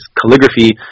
calligraphy